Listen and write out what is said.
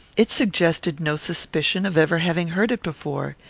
it suggested no suspicion of ever having heard it before.